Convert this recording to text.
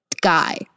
guy